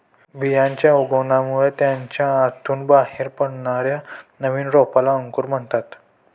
बियांच्या उगवणामुळे त्याच्या आतून बाहेर पडणाऱ्या नवीन रोपाला अंकुर म्हणतात